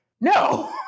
no